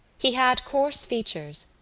he had coarse features,